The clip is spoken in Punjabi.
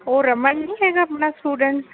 ਉਹ ਰਮਨ ਨਹੀਂ ਹੈਗਾ ਆਪਣਾ ਸਟੂਡੈਂਟ